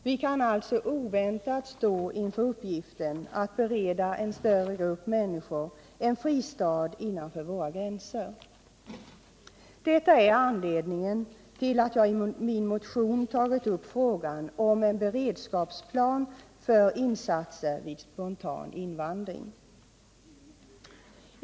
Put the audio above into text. Vi kan alltså oväntat stå inför uppgiften att bereda en större grupp människor en fristad innanför våra gränser. Detta är anledningen till att jag i min motion tagit upp frågan om en beredskapsplan för insatser vid spontan invandring.